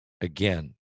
again